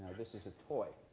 this is a toy.